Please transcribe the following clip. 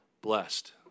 blessed